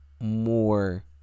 more